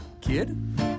kid